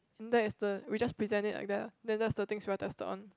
that is the we just present it like that lah then that's the thing we are tested on